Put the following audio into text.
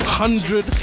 hundred